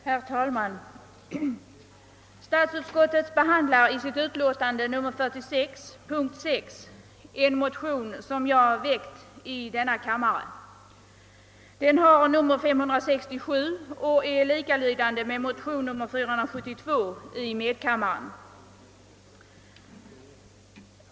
Herr talman! Statsutskottet behandlar i sitt utlåtande nr 46 under punkten 6 en motion som jag har väckt i denna kammare. Den har nr 567 och är likalydande med motion nr 472 i medkammaren.